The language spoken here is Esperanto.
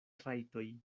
rajtoj